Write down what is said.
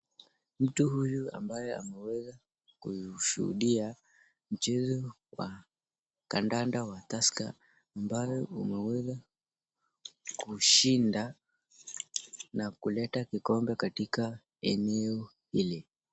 Mtu huyu ambaye ameweza kushuhudia mchezo wa kandanda wa Tusker ambao umeweza kushinda na kuleta kikombe katika eneo hili.